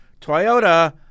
Toyota